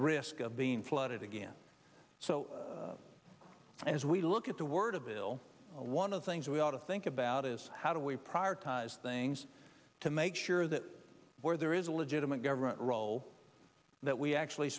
risk of being flooded again so as we look at the word of bill one of the things we ought to think about is how do we prioritize things to make sure that where there is a legitimate government role that we actually